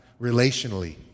relationally